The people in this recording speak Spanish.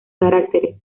caracteres